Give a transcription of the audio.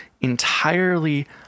entirely